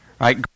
right